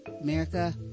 America